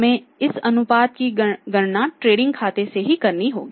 हमें इस अनुपात की गणना ट्रेडिंग खाते से ही करनी होगी